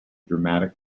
dramatic